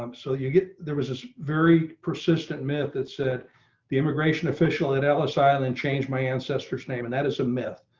um so you get there was very persistent myth that said the immigration official at ellis island change my ancestors name, and that is a myth.